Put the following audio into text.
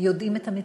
יודעים את המציאות,